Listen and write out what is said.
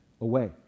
Away